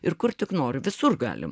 ir kur tik nori visur galim